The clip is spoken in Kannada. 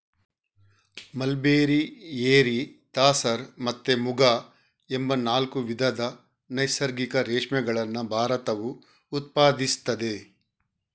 ಮಲ್ಬೆರಿ, ಎರಿ, ತಾಸರ್ ಮತ್ತೆ ಮುಗ ಎಂಬ ನಾಲ್ಕು ವಿಧದ ನೈಸರ್ಗಿಕ ರೇಷ್ಮೆಗಳನ್ನ ಭಾರತವು ಉತ್ಪಾದಿಸ್ತದೆ